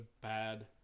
bad